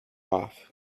off